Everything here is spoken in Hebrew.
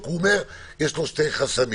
הוא אומר שיש לו שני חסמים,